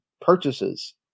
purchases